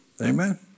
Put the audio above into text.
Amen